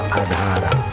adhara